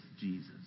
Jesus